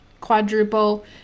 quadruple